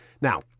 Now